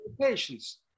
patients